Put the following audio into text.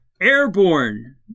airborne